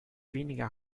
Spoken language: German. weniger